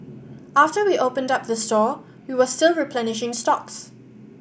after we opened up the store we were still replenishing stocks